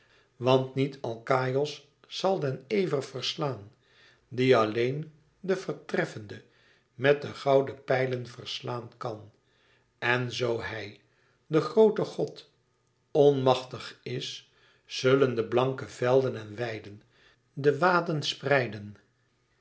want niet alkaïos zal den ever verslaan dien alleen de vèrtreffende met de gouden pijlen verslaan kan en zoo hij de groote god onmàchtig is zullen de blanke velden en weiden de waden